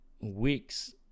weeks